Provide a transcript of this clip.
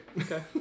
Okay